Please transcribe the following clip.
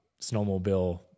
snowmobile